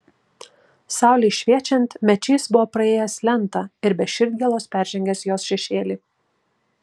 saulei šviečiant mečys būtų praėjęs lentą ir be širdgėlos peržengęs jos šešėlį